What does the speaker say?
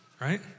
right